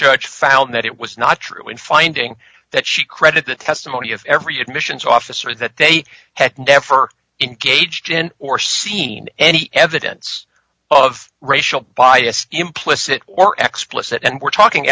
judge found that it was not true in finding that she credit the testimony of every admissions officer that they had never engaged in or seen any evidence of racial bias implicit or explicit and we're talking